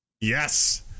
Yes